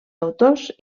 autors